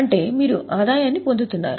అంటే మీరు ఆదాయాన్ని పొందుతున్నారు